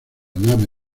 nave